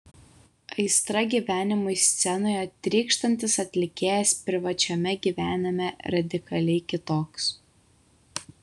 aistra gyvenimui scenoje trykštantis atlikėjas privačiame gyvenime radikaliai kitoks